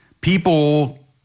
people